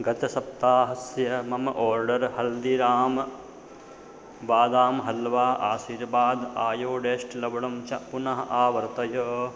गतसप्ताहस्य मम आर्डर् हल्दिराम् बादाम् हल्वा आशीर्वादः आयोडेस्ट् लवणं च पुनः आवर्तय